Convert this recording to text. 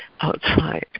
outside